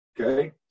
okay